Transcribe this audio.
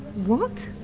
what?